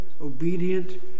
obedient